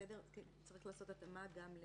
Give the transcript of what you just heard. צריך לעשות התאמה.